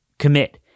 commit